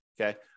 Okay